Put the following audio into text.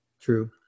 true